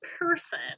person